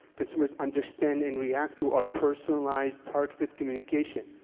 consumers understand and react to our personalized targeted communication.